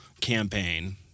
campaign